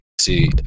See